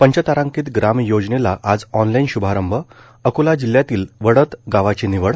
पंचतारांकित ग्राम योजनेचा आज ऑनलाइन श्भारंभ अकोला जिल्ह्यातील वडद गावाची निवड